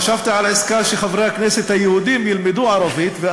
חשבתי על עסקה שחברי הכנסת היהודים ילמדו ערבית,